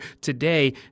today